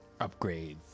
upgrades